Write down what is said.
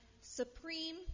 supreme